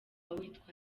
witwa